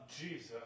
Jesus